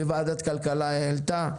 שוועדת הכלכלה העלתה,